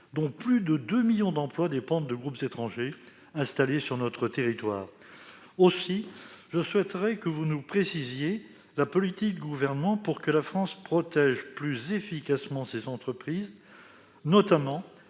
plus de 2 millions d'emplois dépendent de groupes étrangers installés sur notre territoire. Aussi, je souhaiterais que vous nous précisiez la politique que met en oeuvre le Gouvernement pour que la France protège plus efficacement ses entreprises, notamment